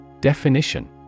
Definition